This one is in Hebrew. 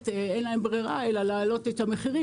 אין להם ברירה אלא להעלות את המחירים,